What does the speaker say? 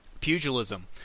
pugilism